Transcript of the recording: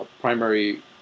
primary